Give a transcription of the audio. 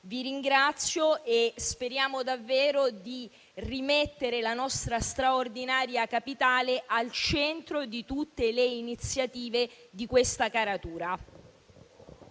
Vi ringrazio e speriamo davvero di rimettere la nostra straordinaria Capitale al centro di tutte le iniziative di questa caratura.